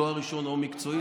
תואר ראשון או מקצועי,